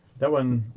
that one,